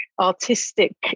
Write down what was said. artistic